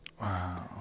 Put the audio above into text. Wow